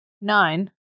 nine